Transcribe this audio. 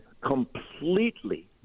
completely